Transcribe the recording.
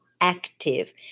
active